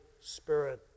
Spirit